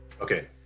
Okay